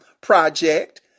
project